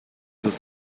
sus